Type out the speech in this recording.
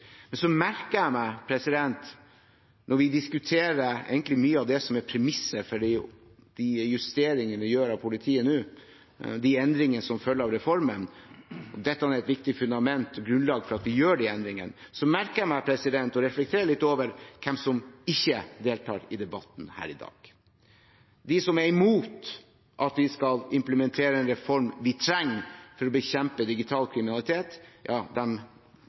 gjør i politiet nå – de endringene som følger av reformen, dette er et viktig fundament og grunnlag for at vi gjør de endringene – merker jeg meg og reflekterer litt over hvem som ikke deltar i debatten her i dag. De som er imot at vi skal implementere en reform vi trenger for å bekjempe digital kriminalitet,